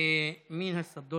(אומר בערבית: מי עכשיו?